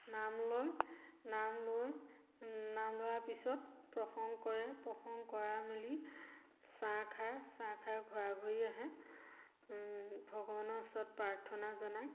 নাম লয় নাম লৈ নাম লোৱাৰ পিছত প্ৰসংগ কৰে প্ৰসংগ কৰাই মেলি চাহ খায় চাহ খাই ঘৰাঘৰি আহে ভগৱানৰ ওচৰত প্ৰাৰ্থনা জনাই